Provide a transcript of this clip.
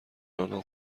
آنها